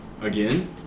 Again